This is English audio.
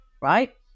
right